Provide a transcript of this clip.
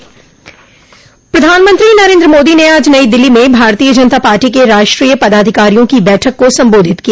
अब समाचार विस्तार से प्रधानमंत्री नरेन्द्र मोदी ने आज नई दिल्ली में भारतीय जनता पार्टी के राष्ट्रीय पदाधिकारियों की बैठक को संबोधित किया